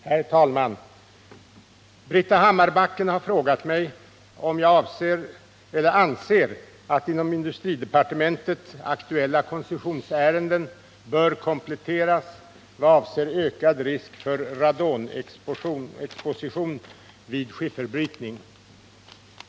Herr talman! Britta Hammarbacken har frågat mig om jag anser att inom industridepartementet aktuella koncessionsärenden bör kompletteras vad avser ökad risk för radonexposition vid skifferbrytning.